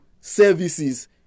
services